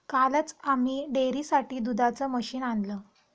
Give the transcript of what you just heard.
कालच आम्ही डेअरीसाठी दुधाचं मशीन आणलं